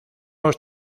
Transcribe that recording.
los